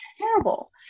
terrible